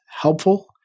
helpful